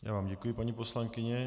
Já vám děkuji, paní poslankyně.